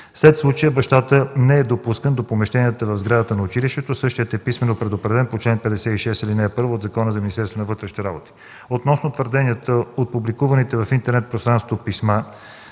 След случая бащата не е допускан до помещенията в сградата на училището. Същият е писмено предупреден по чл. 56, ал. 1 от Закона за Министерството на вътрешните работи. Относно твърденията в публикуваните в интернет пространството писма